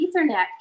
ethernet